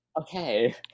okay